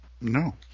No